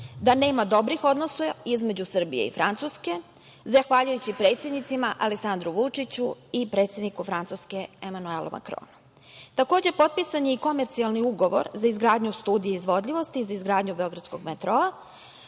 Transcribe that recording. da nema dobrih odnosa između Srbije i Francuske, zahvaljujući predsednicima Aleksandru Vučiću i predsedniku Francuske Emanuelu Makronu. Takođe, potpisan je i komercijalni ugovor za izgradnju Studije izvodljivosti za izgradnju beogradskog metroa,